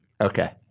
Okay